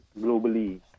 globally